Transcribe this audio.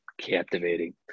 captivating